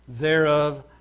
thereof